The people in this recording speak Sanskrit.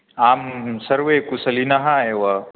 आं सर्वे कुशलिनः एव